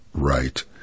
Right